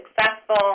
successful